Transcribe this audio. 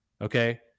Okay